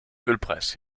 ölpreis